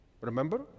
Remember